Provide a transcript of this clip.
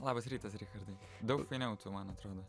labas rytas richardai daug fainiau tu man atrodo